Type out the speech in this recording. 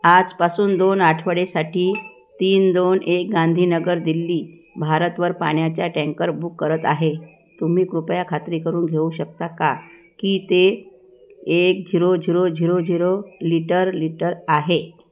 आजपासून दोन आठवड्यासाठी तीन दोन एक गांधीनगर दिल्ली भारतवर पाण्याच्या टँकर बुक करत आहे तुम्ही कृपया खात्री करून घेऊ शकता का की ते एक zero zero zero zero litre litre आहे